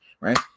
right